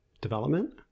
Development